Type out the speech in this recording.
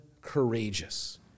courageous